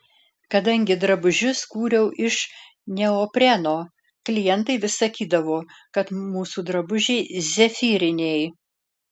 kadangi drabužius kūriau iš neopreno klientai vis sakydavo kad mūsų drabužiai zefyriniai